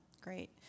Great